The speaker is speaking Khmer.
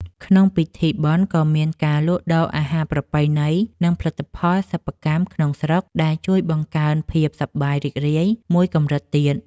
ក្នុងពិធីបុណ្យក៏មានការលក់ដូរអាហារប្រពៃណី និងផលិតផលសិប្បកម្មក្នុងស្រុក ដែលជួយបង្កើនភាពសប្បាយរីករាយមួយកម្រិតទៀត។